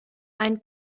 ein